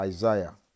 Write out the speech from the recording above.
Isaiah